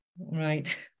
right